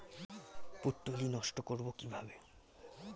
পুত্তলি নষ্ট করব কিভাবে?